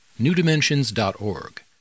newdimensions.org